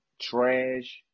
trash